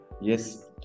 Yes